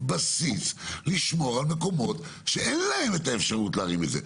בסיס לשמור על מקומות שאין להם את האפשרות להרים את זה.